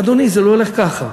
אדוני, זה לא הולך ככה.